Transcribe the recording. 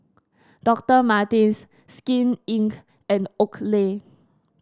Doctor Martens Skin Inc and Oakley